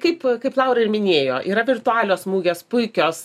kaip kaip laura ir minėjo yra virtualios mugės puikios